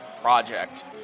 project